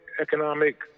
economic